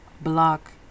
block